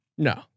No